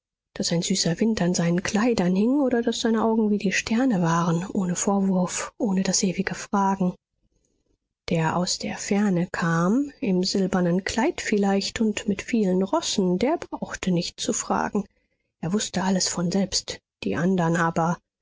daß ein süßer wind an seinen kleidern hing oder daß seine augen wie die sterne waren ohne vorwurf ohne das ewige fragen der aus der ferne kam im silbernen kleid vielleicht und mit vielen rossen der brauchte nicht zu fragen er wußte alles von selbst die andern aber